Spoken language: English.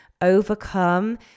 overcome